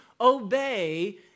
obey